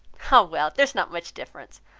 ah, well! there is not much difference.